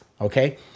okay